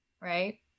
right